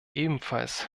ebenfalls